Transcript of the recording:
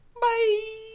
Bye